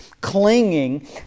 clinging